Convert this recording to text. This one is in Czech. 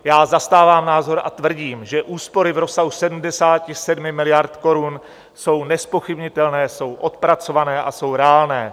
Já zastávám názor a tvrdím, že úspory v rozsahu 77 miliard korun jsou nezpochybnitelné, jsou odpracované a jsou reálné.